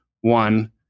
one